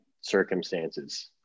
circumstances